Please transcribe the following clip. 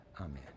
amen